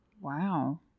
Wow